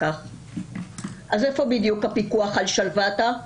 אז איפה בדיוק הפיקוח על שלוותה?